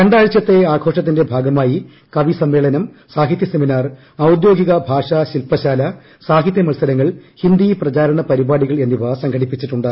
രണ്ടാഴ്ചത്തെ ആഘോഷത്തിന്റെ ഭാഗമായി കവി സമ്മേളനം സാഹിത്യ സെമിനാർ ഔദ്യോഗിക ഭാഷാ ശിൽപ്പശാല സാഹിത്യ മത്സരങ്ങൾ ഹിന്ദി പ്രചാരണ പരിപാടികൾ എന്നിവ സംഘടിപ്പിച്ചിട്ടുണ്ട്